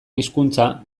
hizkuntza